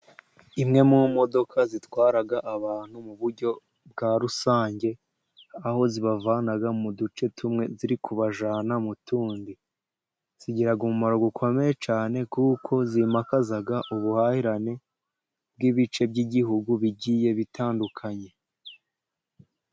Imwe mu modoka zitwara abantu mu buryo bwa rusange, aho zibavana mu duce tumwe ziri kubajyana mu tundi, zigira umumaro ukomeye cyane, kuko zimakaza ubuhahirane bw'ibice by'igihugu bigiye bitandukanye.